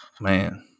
man